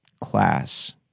class